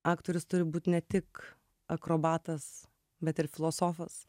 aktorius turi būt ne tik akrobatas bet ir filosofas